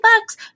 bucks